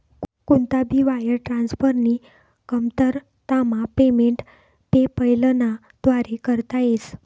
कोणता भी वायर ट्रान्सफरनी कमतरतामा पेमेंट पेपैलना व्दारे करता येस